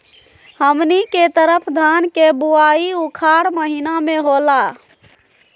हमनी के तरफ धान के बुवाई उखाड़ महीना में होला